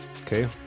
Okay